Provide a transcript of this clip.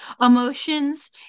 emotions